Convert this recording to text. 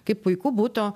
kaip puiku būtų